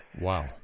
Wow